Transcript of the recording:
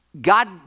God